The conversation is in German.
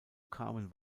kamen